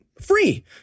free